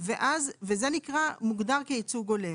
זה מוגדר כייצוג הולם.